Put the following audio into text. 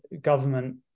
government